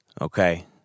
Okay